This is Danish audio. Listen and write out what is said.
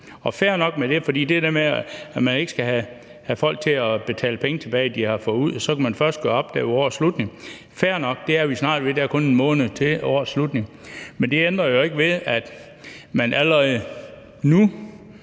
er fair nok, for for at undgå det der med, at man skal have folk til at betale penge tilbage, de har fået udbetalt, kan man først gøre det op ved årets slutning. Det er fair nok, det er vi snart nået til; der er kun en måned til årets slutning. Men det ændrer jo ikke ved, at man allerede nu